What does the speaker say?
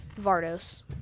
Vardos